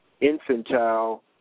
infantile